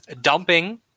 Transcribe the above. dumping